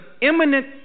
imminent